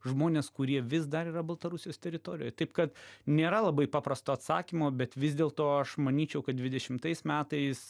žmones kurie vis dar yra baltarusijos teritorijoj taip kad nėra labai paprasto atsakymo bet vis dėlto aš manyčiau kad dvidešimtais metais